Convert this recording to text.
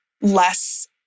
less